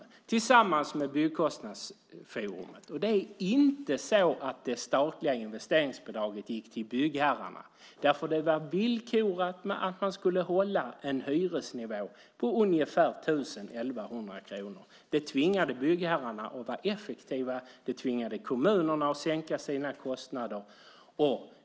Detta gjordes tillsammans med Byggkostnadsforum, och det statliga investeringsbidraget gick inte till byggherrarna eftersom det var villkorat så att man skulle hålla en hyresnivå på 1 000-1 100 kronor. Det tvingade byggherrarna att vara effektiva och kommunerna att sänka sina kostnader.